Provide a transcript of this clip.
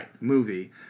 movie